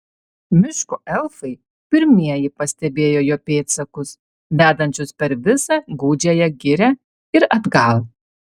miško elfai pirmieji pastebėjo jo pėdsakus vedančius per visą gūdžiąją girią ir atgal